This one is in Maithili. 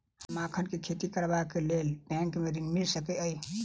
हमरा मखान केँ खेती करबाक केँ लेल की बैंक मै ऋण मिल सकैत अई?